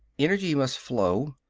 energy must flow.